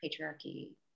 patriarchy